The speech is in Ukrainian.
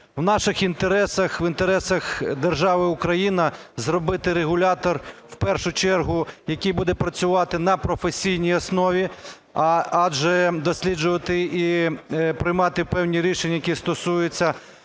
В наших інтересах, в інтересах держави Україна зробити регулятор, в першу чергу який буде працювати на професійній основі, адже досліджувати і приймати певні рішення, які стосуються